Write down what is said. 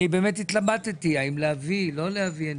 אני באמת התלבטתי האם להביא, לא להביא.